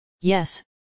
Yes